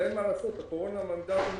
ההתפרצות של הקורונה הייתה